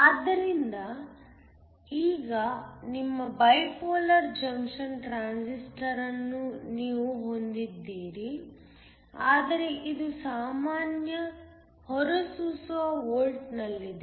ಆದ್ದರಿಂದ ಈಗ ನಿಮ್ಮ ಬೈಪೋಲಾರ್ ಜಂಕ್ಷನ್ ಟ್ರಾನ್ಸಿಸ್ಟರ್ ಅನ್ನು ನೀವು ಹೊಂದಿದ್ದೀರಿ ಆದರೆ ಇದು ಸಾಮಾನ್ಯ ಹೊರಸೂಸುವ ವೋಲ್ಟ್ನಲ್ಲಿದೆ